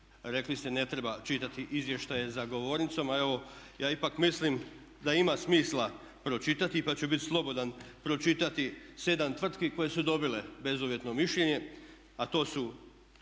Rekli ste ne treba čitati izvještaje za govornicom, a evo ja ipak mislim da ima smisla pročitati, pa ću biti slobodan pročitati sedam tvrtki koje su dobile bezuvjetno mišljenje, a to su: